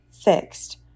fixed